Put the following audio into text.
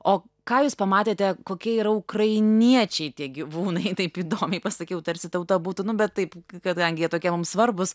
o ką jūs pamatėte kokie yra ukrainiečiai tie gyvūnai taip įdomiai pasakiau tarsi tauta būtų nu bet taip kadangi jie tokie mums svarbūs